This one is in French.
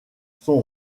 son